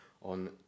on